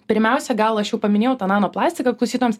pirmiausia gal aš jau paminėjau tą nano plastiką klausytojams